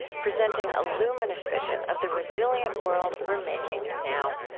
presenting a luminous vision of the resilient world we're making now.